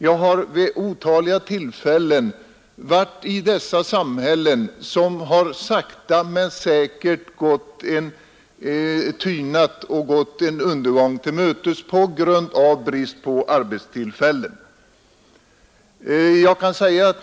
Jag har vid otaliga tillfällen varit i dessa samhällen som sakta men säkert tynat och gått sin undergång till mötes på grund av brist på arbetstillfällen.